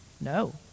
No